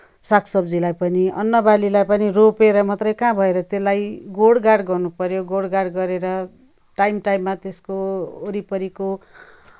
सागसब्जीलाई पनि अन्नबालीलाई पनि रोपेर मात्रै कहाँ भयो र त्यसलाई गोडगाड गर्नुपऱ्यो गोडगाड गरेर टाइम टाइममा त्यसको वरिपरिको